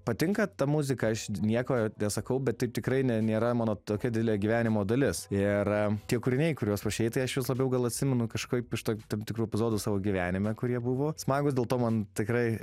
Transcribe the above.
patinka ta muzika aš nieko nesakau bet taip tikrai ne nėra mano tokia didelė gyvenimo dalis ir tie kūriniai kuriuos prašei tai aš juos labiau gal atsimenu kažkaip iš to tam tikrų epizodų savo gyvenime kur jie buvo smagūs dėl to man tikrai